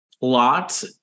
lot